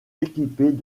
équipées